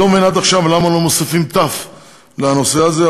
אני לא מבין עד עכשיו למה לא מוסיפים תי"ו לנושא הזה,